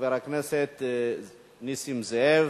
חבר הכנסת נסים זאב,